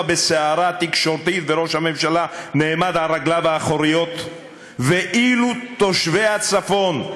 בסערה תקשורתית וראש הממשלה נעמד על רגליו האחוריות ואילו תושבי הצפון,